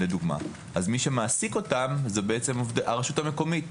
אז מי שמעסיק אותם זו הרשות המקומית,